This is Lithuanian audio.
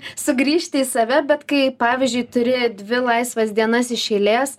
sugrįžti į save bet kai pavyzdžiui turi dvi laisvas dienas iš eilės